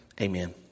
Amen